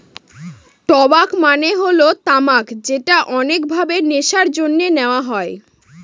টবাক মানে হল তামাক যেটা অনেক ভাবে নেশার জন্যে নেওয়া হয়